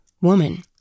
woman